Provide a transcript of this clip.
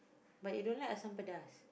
but you don't like asam-pedas